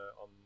on